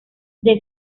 del